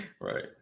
Right